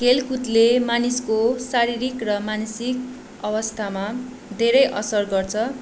खेलकुदले मानिसको शारीरिक र मानसिक अवस्थामा धेरै असर गर्छ